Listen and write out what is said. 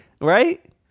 Right